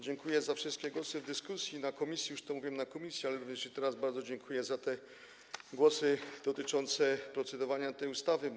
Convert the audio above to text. Dziękuję za wszystkie głosy w dyskusji w komisji, już to mówiłem w komisji, ale również teraz bardzo dziękuję za głosy dotyczące procedowania nad tą ustawą.